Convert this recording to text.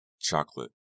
Chocolate